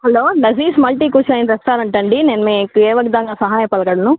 hello Lazeez multi cuisine restaurant అండి నేను మీకు ఏ విధంగా సహాయపడగలను